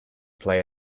play